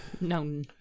No